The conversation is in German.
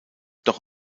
doch